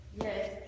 Yes